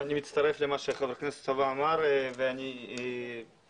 אני מצטרף למה שחבר הכנסת סובה אמר ואני מרחיב